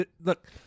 look